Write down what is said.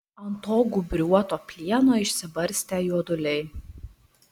ant to gūbriuoto plieno išsibarstę juoduliai